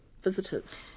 visitors